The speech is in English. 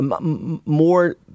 More